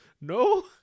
No